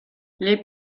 les